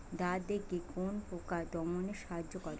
দাদেকি কোন পোকা দমনে সাহায্য করে?